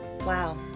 wow